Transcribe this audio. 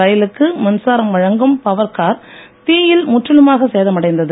ரயிலுக்கு மின்சாரம் வழங்கும் பவர் கார் தீயில் முற்றிலுமாக சேதமடைந்தது